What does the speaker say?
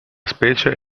specie